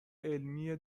علمی